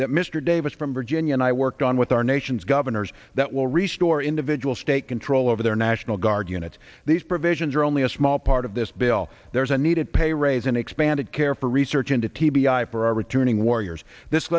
that mr davis from virginia and i worked on with our nation's governors that will restore individual state control over their national guard units these provisions are only a small part of this bill there's a need a pay raise and expanded care for research into t b i for our returning warriors this